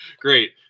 great